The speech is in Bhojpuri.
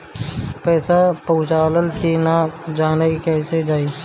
पैसा पहुचल की न कैसे जानल जाइ?